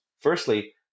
Firstly